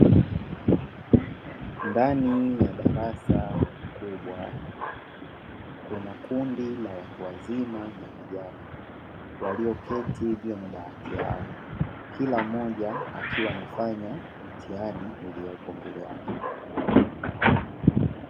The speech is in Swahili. Ndani ya darasa kubwa. Kuna kundi la watu wazima na vijana walioketi juu ya madawati yao, kila mmoja akiwa anafanya mtihani uliopo mbele yake.